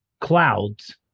clouds